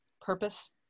purpose